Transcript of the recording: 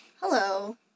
Hello